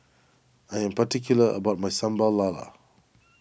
I am particular about my Sambal Lala